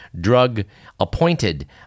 drug-appointed